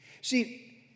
See